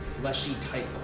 fleshy-type